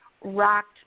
rocked